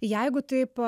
jeigu taip